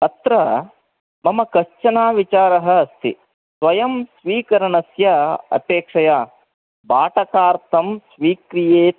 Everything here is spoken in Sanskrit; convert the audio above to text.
अत्र मम कश्चन विचारः अस्ति स्वयं स्वीकरणस्य अपेक्षया भाटकार्थं स्वीक्रियेत्